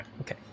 okay